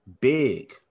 big